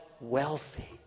wealthy